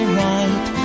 right